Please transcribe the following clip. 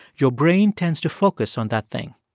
your brain tends to focus on that thing.